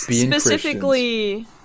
specifically